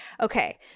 Okay